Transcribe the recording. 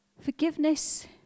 Forgiveness